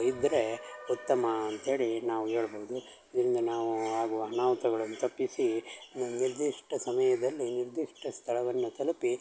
ಇದ್ದರೆ ಉತ್ತಮ ಅಂತ ಹೇಳಿ ನಾವು ಹೇಳ್ಬೋದು ಇದರಿಂದ ನಾವು ಆಗುವ ಅನಾಹುತಗಳನ್ ತಪ್ಪಿಸಿ ನಿರ್ದಿಷ್ಟ ಸಮಯದಲ್ಲಿ ನಿರ್ದಿಷ್ಟ ಸ್ಥಳವನ್ನು ತಲುಪಿ